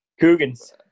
Coogan's